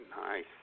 Nice